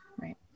right